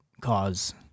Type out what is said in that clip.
cause